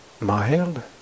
mild